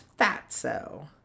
Fatso